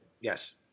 yes